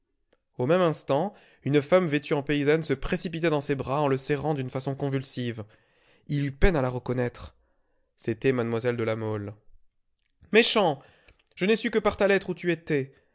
au même instant une femme vêtue en paysanne se précipita dans ses bras en le serrant d'une façon convulsive il eut peine à la reconnaître c'était mlle de la mole méchant je n'ai su que par ta lettre où tu étais